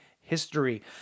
history